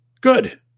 Good